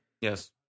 Yes